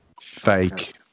Fake